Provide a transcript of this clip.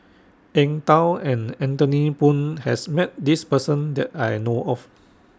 Eng Tow and Anthony Poon has Met This Person that I know of